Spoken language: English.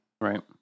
Right